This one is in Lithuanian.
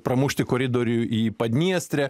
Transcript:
pramušti koridorių į padniestrę